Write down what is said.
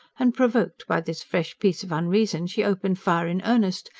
and provoked by this fresh piece of unreason she opened fire in earnest,